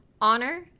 honor